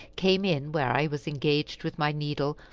came in where i was engaged with my needle,